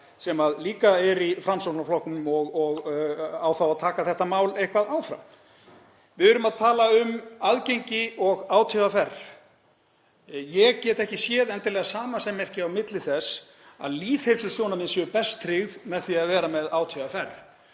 er líka í Framsóknarflokknum og á þá að taka þetta mál eitthvað áfram. Við erum að tala um aðgengi og ÁTVR. Ég get ekki endilega séð samasemmerki á milli þess að lýðheilsusjónarmið séu best tryggð með því að vera með ÁTVR.